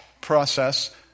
process